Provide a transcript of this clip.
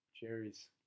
Cherries